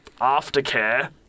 aftercare